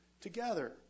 together